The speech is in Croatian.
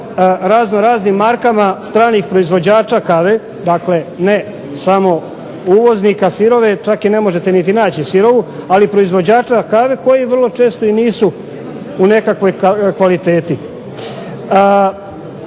razno raznim markama stranih proizvođača kave. Dakle, ne samo uvoznika sirove. Čak je ne možete niti naći sirovu, ali proizvođača kave koji vrlo često i nisu u nekakvoj kvaliteti.